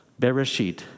Bereshit